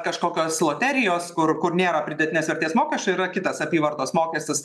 kažkokios loterijos kur kur nėra pridėtinės vertės mokesčio yra kitas apyvartos mokestis